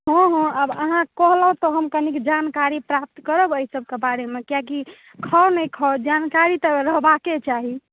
हँ हँ आब अहाँ कहलहुॅं तऽ हम कनिक जानकारि प्राप्त करब एहि सबके बारेमे किए कि खाउ नहि खाउ जानकारि तऽ रहबाके चाही